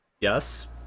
Yes